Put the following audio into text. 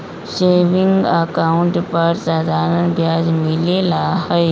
saving account पर साधारण ब्याज मिला हई